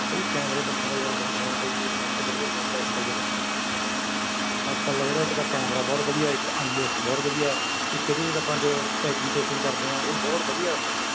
ਬਾਈ ਕੈਮਰੇ ਪੱਖੋ ਤਾਂ ਯਾਰ ਬਹੁ ਫੋਨ ਬਾਈ ਜੀ ਸਭ ਤੋਂ ਵਧੀਆ ਫੋਨ ਤਾਂ ਐਪਲ ਦੇ ਬਣਦੇ ਆ ਜੀ ਐਪਲ ਦਾ ਜਿਹੜਾ ਇੱਕ ਤਾ ਕੈਮਰਾ ਬਹੁਤ ਵਧੀਆ ਇੱਕ ਆਈ ਓ ਐੱਸ ਬਹੁਤ ਵਧੀਆ ਇੱਕ ਇਹਦੇ ਜਿਹੜਾ ਆਪਾਂ ਜੋ ਟਾਈਪਿੰਗ ਟੁਈਪਿੰਗ ਕਰਦੇ ਹਾਂ ਉਹ ਬਹੁਤ ਵਧੀਆ